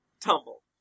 Tumble